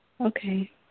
Okay